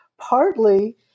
partly